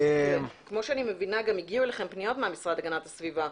כמו שאני מבינה גם הגיעו אליכם פניות מהמשרד להגנת הסביבה,